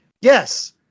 yes